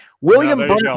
William